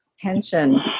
tension